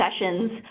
sessions